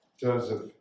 joseph